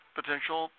potential